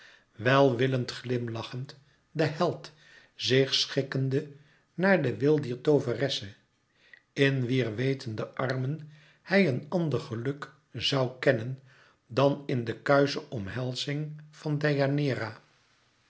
welwillend glimlachend de held zich schikkende naar den wil dier tooveresse in wier wetende armen hij een ànder geluk zoû kennen dan in de kuische omhelzing van